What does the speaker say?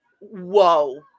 Whoa